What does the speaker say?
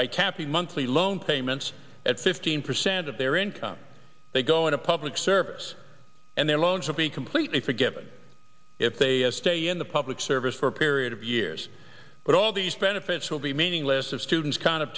tapping monthly loan payments at fifteen percent of their income they go into public service and their loans will be completely forgiven if they stay in the public service for a period of years but all these benefits will be meaningless of students kind of